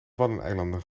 waddeneilanden